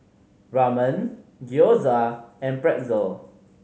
Ramen Gyoza and Pretzel